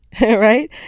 right